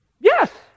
Yes